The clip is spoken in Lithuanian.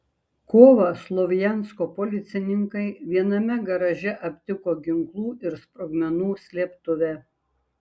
kovą slovjansko policininkai viename garaže aptiko ginklų ir sprogmenų slėptuvę